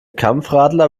kampfradler